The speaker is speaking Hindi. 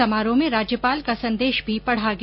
समारोह में राज्यपाल का संदेश भी पढ़ा गया